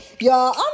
y'all